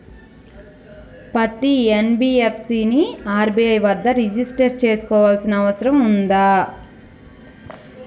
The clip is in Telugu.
పత్తి ఎన్.బి.ఎఫ్.సి ని ఆర్.బి.ఐ వద్ద రిజిష్టర్ చేసుకోవాల్సిన అవసరం ఉందా?